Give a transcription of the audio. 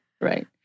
right